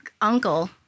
uncle